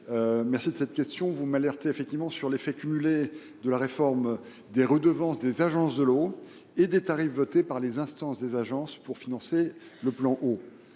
le sénateur Yves Bleunven, vous m’alertez sur l’effet cumulé de la réforme des redevances des agences de l’eau et des tarifs votés par les instances des agences pour financer le plan eau.